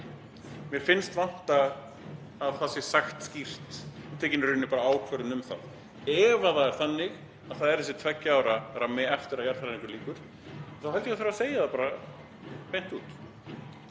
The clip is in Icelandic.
Mér finnst vanta að það sé sagt skýrt og tekin í rauninni ákvörðun um það. Ef það er þannig að það er þessi tveggja ára rammi eftir að jarðhræringum lýkur þá held ég að það þurfi að segja það bara beint út.